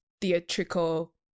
theatrical